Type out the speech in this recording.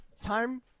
Time